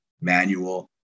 manual